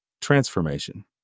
transformation